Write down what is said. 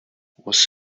was